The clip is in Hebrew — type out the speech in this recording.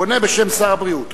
השר כץ עונה בשם שר הבריאות.